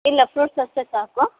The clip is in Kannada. ಇಲ್ಲ ಫ್ರುಟ್ಸ್ ಅಷ್ಟೇ ಸಾಕು